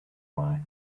why